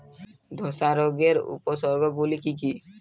ধসা রোগের উপসর্গগুলি কি কি?